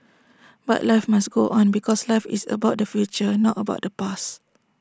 but life must go on because life is about the future not about the past